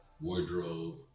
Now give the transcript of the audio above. wardrobe